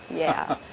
yeah.